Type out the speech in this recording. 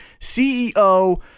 CEO